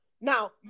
Now